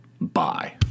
Bye